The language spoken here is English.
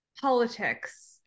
politics